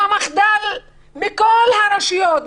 והמחדל הוא בכל הרשויות,